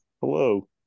Hello